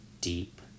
deep